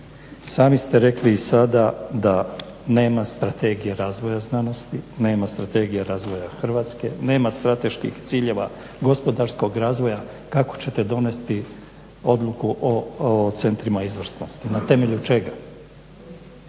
Sami ste rekli sada da nema strategija znanosti, nema strategija razvoja Hrvatske, nema strateških ciljeva gospodarskog razvoja kako ćete donesti odluku o centrima izvrsnosti, na temelju čega.